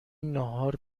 ناهار